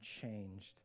changed